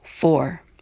four